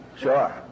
Sure